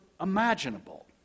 imaginable